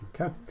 Okay